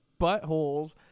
buttholes